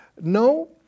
No